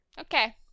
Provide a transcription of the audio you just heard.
Okay